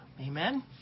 amen